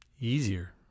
easier